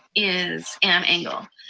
is anne engel.